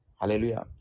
Hallelujah